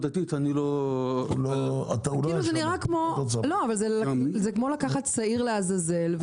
זה כמו לקחת שעיר לעזאזל,